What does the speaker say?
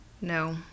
No